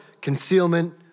concealment